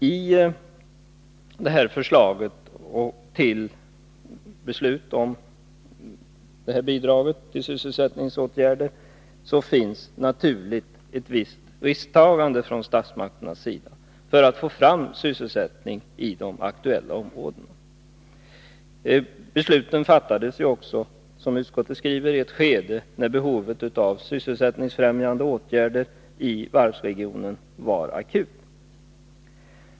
I förslaget till beslut om bidrag till sysselsättningsåtgärder finns naturligtvis ett visst risktagande från statsmakternas sida — och den risken tar man för att få fram sysselsättning i de aktuella områdena. Besluten fattades också, som utskottet skriver, i ett skede när behovet av sysselsättningsfrämjande åtgärder i varvsregionen var akut.